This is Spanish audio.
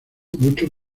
muchos